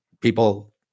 People